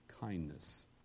kindness